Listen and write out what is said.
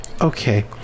okay